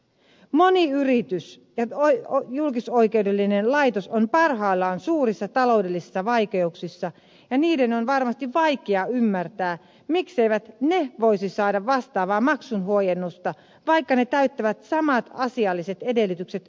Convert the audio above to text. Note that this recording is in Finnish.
moni yritys ja julkisoikeudellinen laitos on parhaillaan suurissa taloudellisissa vaikeuksissa ja niiden on varmasti vaikea ymmärtää mikseivät ne voisi saada vastaavaa maksun huojennusta vaikka ne täyttävät samat asialliset edellytykset veronmaksukyvyn näkökulmasta